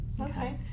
Okay